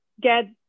get